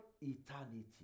eternity